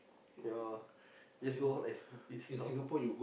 ya just do all like stupid stuff